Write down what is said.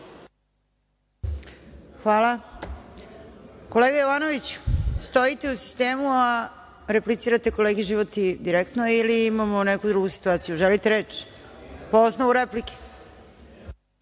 Hvala. Kolega Jovanoviću, stojite u sistemu, a replicirate kolegi Životi direktno ili imamo neku drugu situaciju, želite li reč? Po osnovu replike,